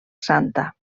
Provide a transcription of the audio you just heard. santa